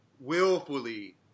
willfully